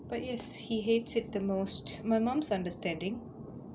but yes he hates it the most my mom's understanding